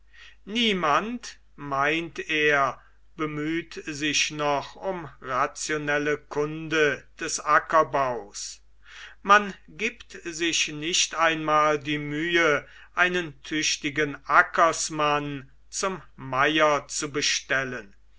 niemand meint er bemüht sich noch um rationelle kunde des ackerbaus man gibt sich nicht einmal die mühe einen tüchtigen ackersmann zum meier zu bestellen